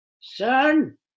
son